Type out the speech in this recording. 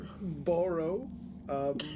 Borrow